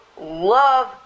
love